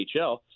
NHL